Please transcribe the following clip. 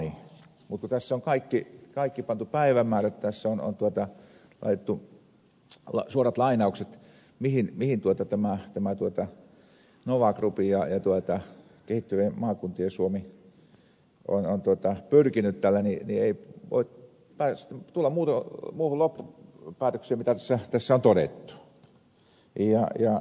mutta kun tässä on pantu kaikki päivämäärät tässä on laitettu suorat lainaukset mihin tämä nova group ja kehittyvien maakuntien suomi ovat pyrkineet tällä niin ei voi tulla muuhun loppupäätökseen kuin siihen mitä tässä on todettu